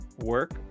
work